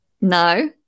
No